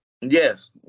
Yes